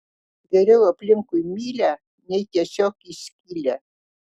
geriau aplinkui mylią nei tiesiog į skylę